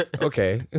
okay